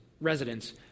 residents